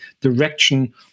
direction